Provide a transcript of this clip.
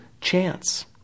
chance